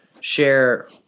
share